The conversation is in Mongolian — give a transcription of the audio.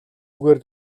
үгээр